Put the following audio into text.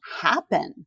happen